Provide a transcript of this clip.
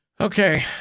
Okay